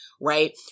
right